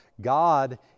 God